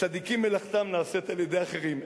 צדיקים מלאכתם נעשית בידי אחרים.